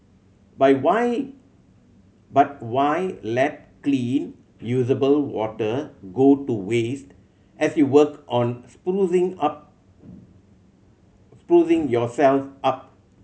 but why but why let clean usable water go to waste as you work on sprucing up sprucing yourself up